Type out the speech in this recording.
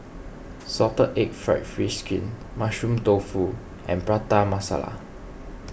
Salted Egg Fried Fish Skin Mushroom Tofu and Prata Masala